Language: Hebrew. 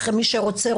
מי שרוצה,